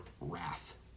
wrath